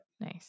Nice